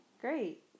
Great